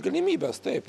galimybes taip